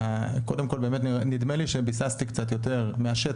קודם כל באמת נדמה לי שביססתי קצת יותר מהשטח,